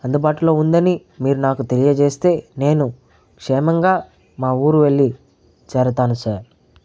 అందుబాటులో ఉందని మీరు నాకు తెలియజేస్తే నేను క్షేమంగా మా ఊరు వెళ్ళి చేరతాను సార్